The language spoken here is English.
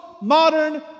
modern